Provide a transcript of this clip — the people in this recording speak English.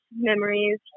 memories